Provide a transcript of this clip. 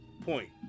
point